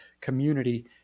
community